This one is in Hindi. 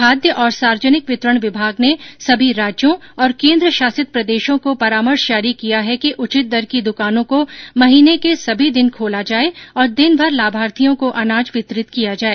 खाद्य और सार्वजनिक वितरण विभाग ने सभी राज्यों और केन्द्रशासित प्रदेशों को परामर्श जारी किया है कि उचित दर की द्वकानों को महीने के सभी दिन खोला जाए और दिनभर लाभार्थियों को अनाज वितरित किया जाए